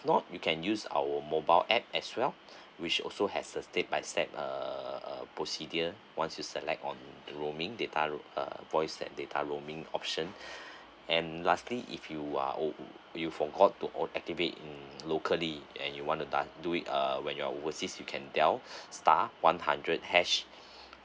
not you can use our mobile app as well which also has a step by step uh uh procedures once you select on the roaming data roam uh voice that data roaming option and lastly if you are ov~ you forgot to ov~ activate in locally and you want to sta~ do it uh when you're overseas you can dials star one hundred harsh